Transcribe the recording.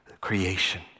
creation